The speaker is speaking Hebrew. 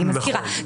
אני מזכירה,